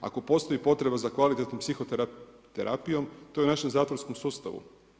Ako postoji potreba za kvalitetnom psihoterapijom, to je u našem zatvorskom sustavu.